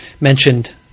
mentioned